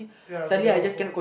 ya but they are awful